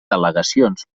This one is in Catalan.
delegacions